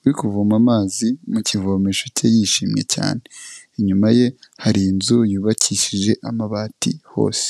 uri kuvoma amazi mu kivomesho cye yishimye cyane. Inyuma ye hari inzu yubakishije amabati hose.